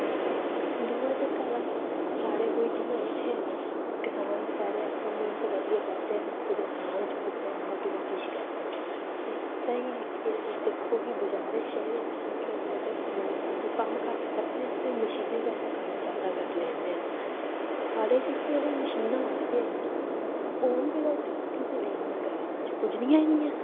दूआ जेह्का तां साढ़े कोई जि'यां इत्थें किसान बेचारे आपूं मैह्नत करियै करदे न ते कुदै दांद जुड़दे न ते कुदै किश करदे न ताहीं दिक्खो तां बाजारें शैह्रें च केह् करदे न कि लोक कम्म आपूं घट्ट करदे न ते मशीनै कशा कम्म जादै करी लैंदे न ते साढ़े जेह्कियां तां मशीनां होंदियां निं हैन होन बी तां उत्थें कियां लैनियां ग्रांऐं च पुज्जनियां निं हैन